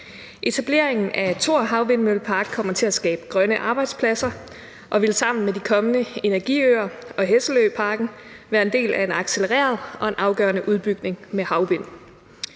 Etableringen af Thor Havvindmøllepark kommer til at skabe grønne arbejdspladser og vil sammen med de kommende energiøer og havvindmølleparken på Hesselø være en del af en accelereret og afgørende udbygning af energi med havvind.